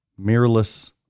mirrorless